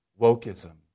wokeism